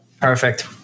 Perfect